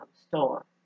store